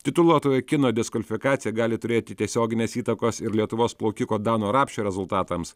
tituluotoje kino diskvalifikacija gali turėti tiesioginės įtakos ir lietuvos plaukiko dano rapšio rezultatams